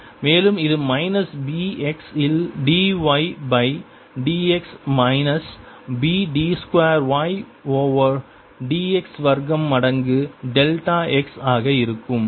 மேலும் இது minus B x இல் dy by dx minus B d 2 y over dx வர்க்கம் மடங்கு டெல்டா x ஆக இருக்கும்